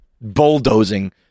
bulldozing